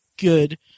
good